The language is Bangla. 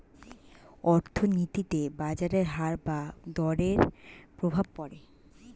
অর্থনীতিতে বাজারের হার বা দরের প্রভাব পড়ে